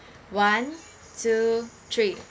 one two three